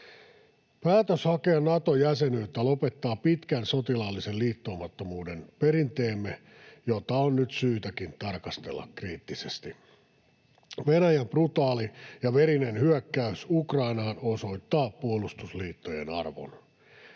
Päätös hakea Nato-jäsenyyttä lopettaa pitkän sotilaallisen liittoutumattomuuden perinteemme, jota on nyt syytäkin tarkastella kriittisesti. Venäjän brutaali ja verinen hyökkäys Ukrainaan osoittaa puolustusliittojen arvon.